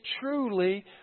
truly